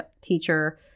teacher